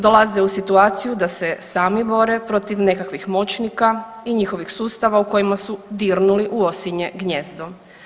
Dolaze u situaciju da se sami bore protiv nekakvih moćnika i njihovih sustava u kojima su dirnuli u osinje gnijezdo.